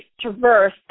traverse